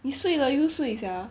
你睡了又睡 sia